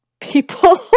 people